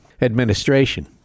administration